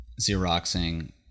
Xeroxing